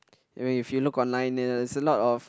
and when if you look online there's a lot of